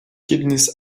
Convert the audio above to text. kidneys